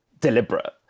deliberate